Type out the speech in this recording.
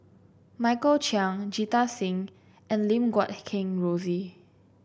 Michael Chiang Jita Singh and Lim Guat Kheng Rosie